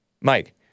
Mike